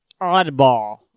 oddball